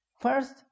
First